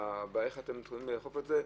איך אתם מתכוננים לאכוף את זה.